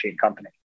company